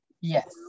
Yes